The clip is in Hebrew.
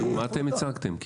מה אתם הצגתם?